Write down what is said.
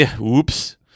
Oops